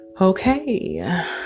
Okay